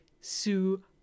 Sue